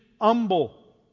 humble